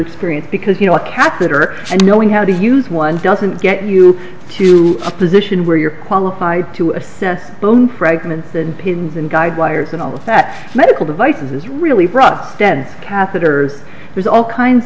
experience because you know a catheter and knowing how to use one doesn't get you to a position where you're qualified to assess bone fragments than pins and guide wires and all of that medical devices really rough dead catheters there's all kinds